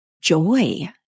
joy